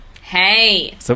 hey